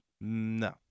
No